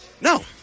No